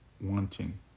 wanting